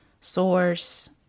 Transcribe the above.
source